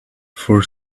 for